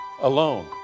alone